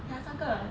ya 三个